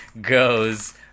goes